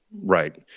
right